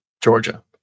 Georgia